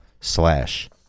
slash